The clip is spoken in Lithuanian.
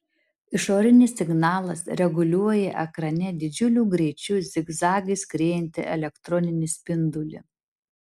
išorinis signalas reguliuoja ekrane didžiuliu greičiu zigzagais skriejantį elektroninį spindulį